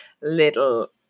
little